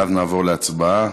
ואז נעבור להצבעה.